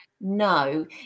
no